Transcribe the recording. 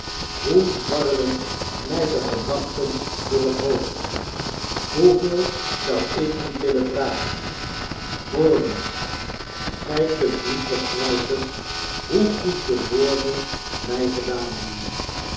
hoe dwarrelen mij de gedachten door het hoofd hoeveel zou ik niet willen vragen hoor eens gij kunt niet begrijpen hoe goed je woorden mij gedaan hebben